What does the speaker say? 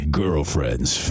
girlfriend's